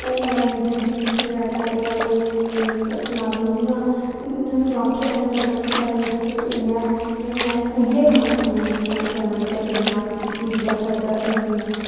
ओह् में यूट्यूब बिच्च सुनेआ ऐ जां एह् साढ़े स सना दे इ'यां इ'यां बाक्या इ'यां लगदा कि साढ़े इ'यै में उइ'यै गाना सुना नी जियां में फोन्ने बिच्चा सुनेया जेल्लै सर दा सुनियै